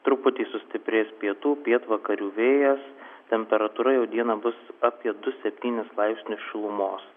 truputį sustiprės pietų pietvakarių vėjas temperatūra jau dieną bus apie du septynis laipsnius šilumos